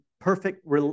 perfect